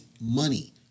money